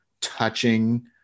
touching